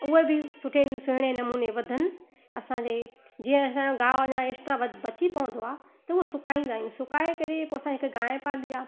उहे बि सुठे सुहिणे नमूने वधनि असांजे जीअं असांयो गाहु अञा एक्सट्रा वधे बची पवंदो आहे त उहो सुकाईंदा आहियूं सुकाए करे पोइ असां हिक गांइ पाली आहे